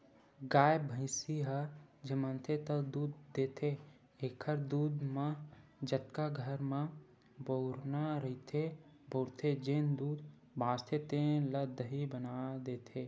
गाय, भइसी ह जमनथे त दूद देथे एखर दूद म जतका घर म बउरना रहिथे बउरथे, जेन दूद बाचथे तेन ल दही बना देथे